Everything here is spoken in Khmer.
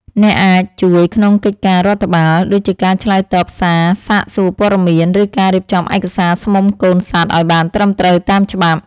អ្នកអាចជួយក្នុងកិច្ចការរដ្ឋបាល ដូចជាការឆ្លើយតបសារសាកសួរព័ត៌មាន ឬការរៀបចំឯកសារស្មុំកូនសត្វឱ្យបានត្រឹមត្រូវតាមច្បាប់។